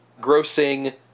grossing